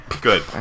Good